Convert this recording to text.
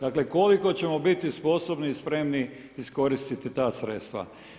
Dakle, koliko ćemo biti sposobni i spremni iskoristiti ta sredstva.